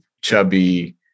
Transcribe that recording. chubby